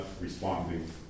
responding